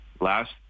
Last